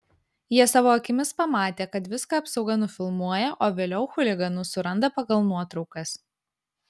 jie savo akimis pamatė kad viską apsauga nufilmuoja o vėliau chuliganus suranda pagal nuotraukas